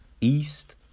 East